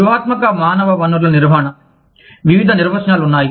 వ్యూహాత్మక మానవ వనరుల నిర్వహణ వివిధ నిర్వచనాలు ఉన్నాయి